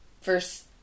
first